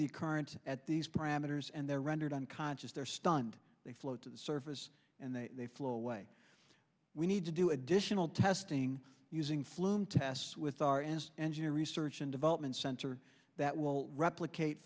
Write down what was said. the current at these parameters and their rendered unconscious they're stunned they float to the surface and they flow away we need to do additional testing using flume tests with our and engineer research and development center that will replicate